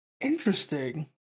Interesting